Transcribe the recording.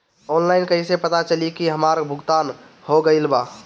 Online कईसे पता चली की हमार भुगतान हो गईल बा?